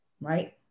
Right